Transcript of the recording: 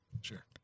Sure